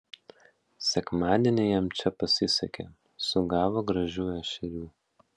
sekmadienį jam čia pasisekė sugavo gražių ešerių